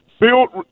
built